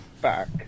back